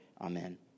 Amen